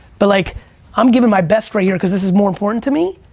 but like i'm giving my best right here because this is more important to me.